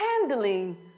handling